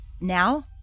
Now